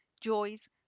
joys